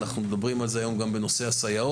אנחנו מדברים על זה היום גם בנושא הסייעות,